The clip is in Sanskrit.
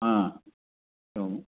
एवं